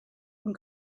and